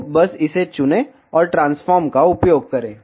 तो बस इसे चुनें और ट्रांसफॉर्म का उपयोग करें